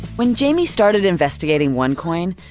when jamie started investigating onecoin,